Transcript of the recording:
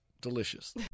Delicious